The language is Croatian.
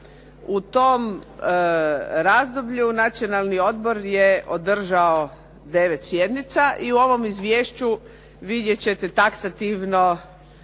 u tom razdoblju Nacionalni odbor je održao 9 sjednica i u ovom izvješću vidjet ćete taksativno